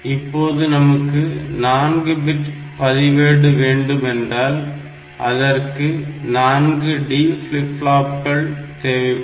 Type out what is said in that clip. இப்போது நமக்கு 4 பிட் பதிவேடு வேண்டுமென்றால் அதற்கு 4 D ஃபிளிப் ஃப்ளாப்கள் தேவைப்படும்